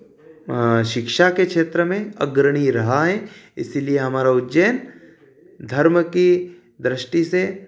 शिक्षा के क्षेत्र में अग्रणी रहा है इसलिए हमारा उज्जैन धर्म की दृष्टि से